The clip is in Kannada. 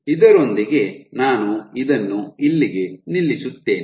ಇದರೊಂದಿಗೆ ನಾನು ಇದನ್ನು ಇಲ್ಲಿಗೆ ನಿಲ್ಲಿಸುತ್ತೇನೆ